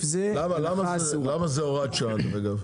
זה הנחה אסורה) למה זו הוראת שעה בעצם?